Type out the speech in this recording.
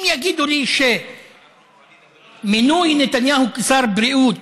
אם יגידו לי שמינוי נתניהו לשר בריאות